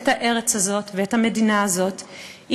את הארץ הזאת ואת המדינה הזאת,